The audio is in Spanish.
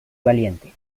valiente